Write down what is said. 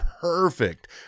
perfect